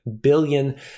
billion